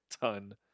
ton